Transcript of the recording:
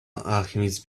alchemists